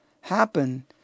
happen